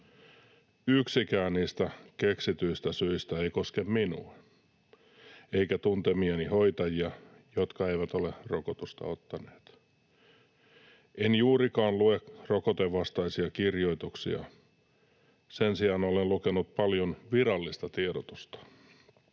Yksikään niistä keksityistä syistä ei koske minua eikä tuntemiani hoitajia, jotka eivät ole rokotusta ottaneet. En juurikaan lue rokotevastaisia kirjoituksia. Sen sijaan olen lukenut paljon virallista tiedotusta.